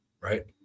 right